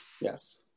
Yes